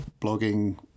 blogging